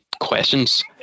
questions